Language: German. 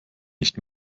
nicht